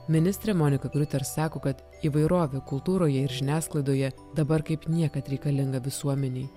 ministrė monika gruter sako kad įvairovė kultūroje ir žiniasklaidoje dabar kaip niekad reikalinga visuomenei